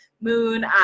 moon